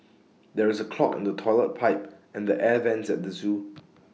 there is A clog in the Toilet Pipe and the air Vents at the Zoo